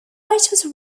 was